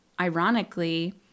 ironically